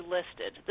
listed